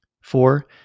Four